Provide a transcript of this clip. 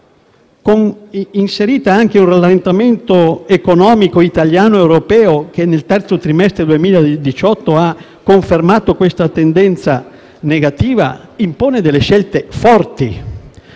inserito anche un rallentamento economico italiano ed europeo che nel terzo trimestre del 2018 ha confermato tale tendenza negativa, impone scelte forti.